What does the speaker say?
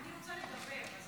אני רוצה לדבר.